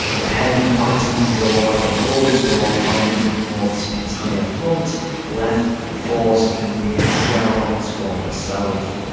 the heavy fighting in july and august along army group north's entire front left the force a mere shell of its former self.